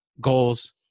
goals